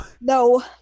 No